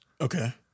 Okay